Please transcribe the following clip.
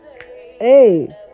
hey